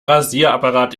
rasierapparat